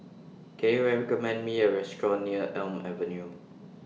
Can YOU recommend Me A Restaurant near Elm Avenue